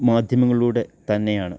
മാധ്യമങ്ങളിലൂടെ തന്നെയാണ്